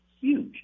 huge